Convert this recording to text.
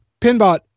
PinBot